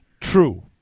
True